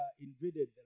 invaded